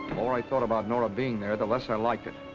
more i thought about nora's being there, the less i liked it.